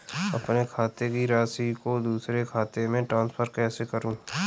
अपने खाते की राशि को दूसरे के खाते में ट्रांसफर कैसे करूँ?